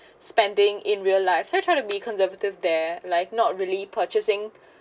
spending in real life here try to be conservative there like not really purchasing